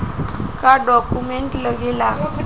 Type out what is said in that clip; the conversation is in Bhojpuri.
का डॉक्यूमेंट लागेला?